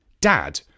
Dad